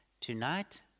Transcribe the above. tonight